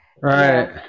Right